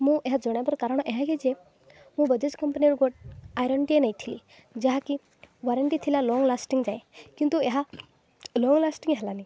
ମୁଁ ଏହା ଜଣେଇବାର କାରଣ ଏହା କି ଯେ ମୁଁ ବାଜାଜ୍ କମ୍ପାନୀର ଗୋଟେ ଆଇରନ୍ଟିଏ ନେଇଥିଲି ଯାହାକି ୱାରେଣ୍ଟି ଥିଲା ଲଙ୍ଗ୍ ଲାଷ୍ଟିଂ ଯାଏ କିନ୍ତୁ ଏହା ଲଙ୍ଗ୍ ଲାଷ୍ଟିଂ ହେଲାନି